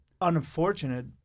unfortunate